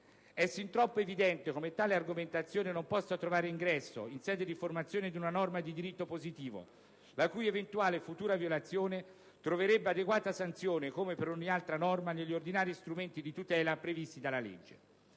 È sin troppo evidente come tale argomentazione non possa trovare ingresso in sede di formazione di una norma di diritto positivo, la cui eventuale futura violazione troverebbe adeguata sanzione, come per ogni altra norma, negli ordinari strumenti di tutela previsti dalla legge.